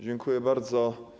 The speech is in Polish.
Dziękuję bardzo.